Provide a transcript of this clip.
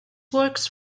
works